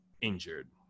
injured